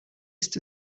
ist